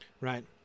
right